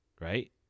Right